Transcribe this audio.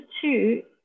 two